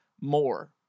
more